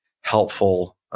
helpful